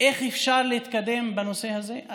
איך אפשר להתקדם בנושא הזה?